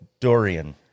Dorian